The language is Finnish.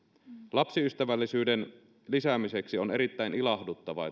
lapsiystävällisyyden lisäämiseksi on erittäin ilahduttavaa